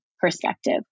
perspective